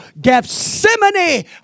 Gethsemane